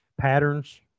patterns